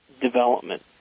development